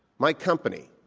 my company,